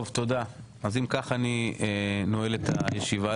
אם כך, אני נועל את הישיבה.